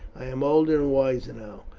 i am older and wiser now.